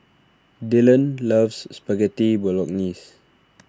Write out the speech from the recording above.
Dillan loves Spaghetti Bolognese